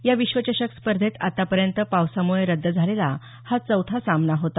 या विश्वचषक स्पर्धेत आतापर्यंत पावसामुळे रद्द झालेला हा चौथा सामना होता